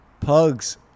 pugs